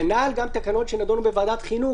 כנ"ל גם תקנות שנדונו בוועדת החינוך